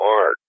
art